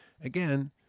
again